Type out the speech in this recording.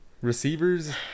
Receivers